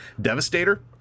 Devastator